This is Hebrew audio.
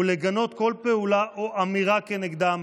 ולגנות כל פעולה או אמירה כנגדם,